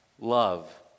love